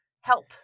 help